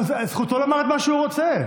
זכותו לומר את מה שהוא רוצה.